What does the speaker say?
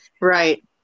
Right